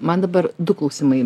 man dabar du klausimai